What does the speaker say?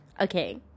Okay